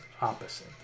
opposite